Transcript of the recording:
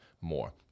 more